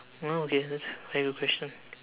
!wow! okay that's very good question